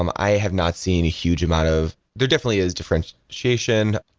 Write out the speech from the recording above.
um i have not seen a huge amount of there definitely is differentiation.